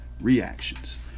reactions